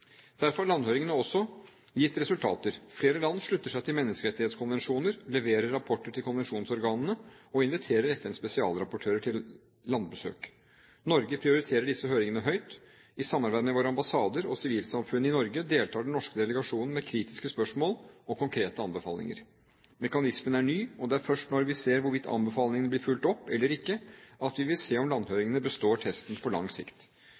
Derfor har landhøringene også gitt resultater: Flere land slutter seg til menneskerettighetskonvensjoner, leverer rapporter til konvensjonsorganene og inviterer FNs spesialrapportører til landbesøk. Norge prioriterer disse høringene høyt. I samarbeid med våre ambassader og sivilsamfunnet i Norge deltar den norske delegasjonen med kritiske spørsmål og konkrete anbefalinger. Mekanismen er ny, og det er først når vi ser hvorvidt anbefalingene blir fulgt opp, eller ikke, at vi vil se om landhøringene består testen på lang sikt.